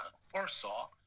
foresaw